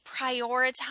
prioritize